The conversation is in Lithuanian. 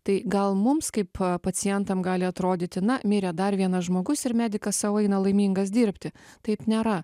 tai gal mums kaip pacientam gali atrodyti na mirė dar vienas žmogus ir medikas sau eina laimingas dirbti taip nėra